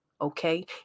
okay